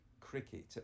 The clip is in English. cricket